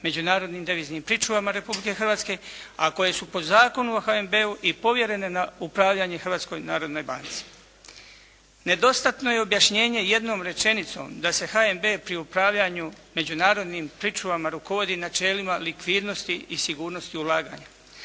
međunarodnim deviznim pričuvama Republike Hrvatske, a koje su po Zakonu o HNB-u i povjerene na upravljanje Hrvatskoj narodnoj banci. Nedostatno je objašnjenje jednom rečenicom da se HNB pri upravljanju međunarodnim pričuvama rukovodi načelima likvidnosti i sigurnosti ulaganja.